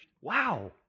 Wow